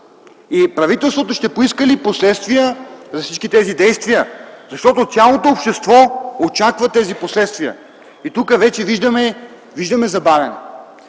Правителството ще поиска ли последствия за всички тези действия? Защото цялото общество очаква тези последствия. И тук вече виждаме забавяне.